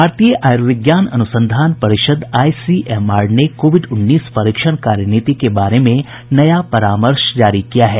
भारतीय आयुर्विज्ञान अनुसंधान परिषद आईसीएमआर ने कोविड उन्नीस परीक्षण कार्यनीति के बारे में नया परामर्श जारी किया है